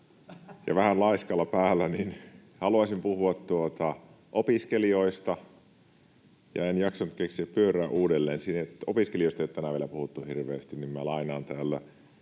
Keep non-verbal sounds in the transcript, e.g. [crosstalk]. ja vähän laiskalla päällä [laughs] ja haluaisin puhua opiskelijoista ja en jaksanut keksiä pyörää uudelleen — opiskelijoista ei ole tänään vielä puhuttu hirveästi — niin minä lainaan täällä